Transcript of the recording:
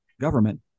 government